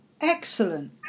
Excellent